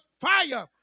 fire